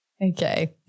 Okay